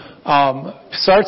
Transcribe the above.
starts